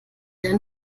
einen